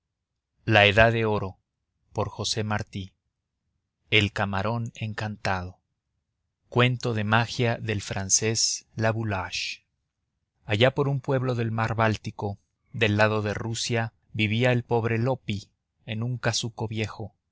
pueblos del mundo el camarón encantado cuento de magia del francés laboulaye allá por un pueblo del mar báltico del lado de rusia vivía el pobre loppi en un casuco viejo